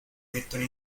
mettono